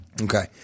Okay